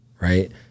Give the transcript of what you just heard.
right